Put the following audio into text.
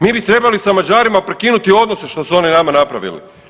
Mi bi trebali sa Mađarima prekinuti odnose što su oni nama napravili.